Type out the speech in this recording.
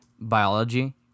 biology